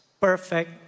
perfect